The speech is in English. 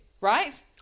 Right